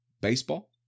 baseball